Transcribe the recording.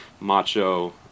Macho